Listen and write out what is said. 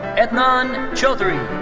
adnan chaudry.